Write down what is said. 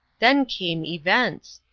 then came events!